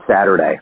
Saturday